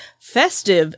festive